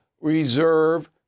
reserve